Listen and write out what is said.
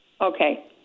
okay